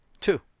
Two